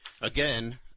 again